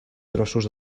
trossos